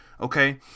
Okay